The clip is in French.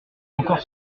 encore